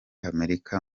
amerika